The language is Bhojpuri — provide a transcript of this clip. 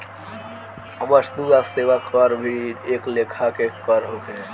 वस्तु आ सेवा कर भी एक लेखा के कर हवे